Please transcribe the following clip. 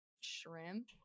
shrimp